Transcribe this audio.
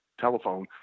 telephone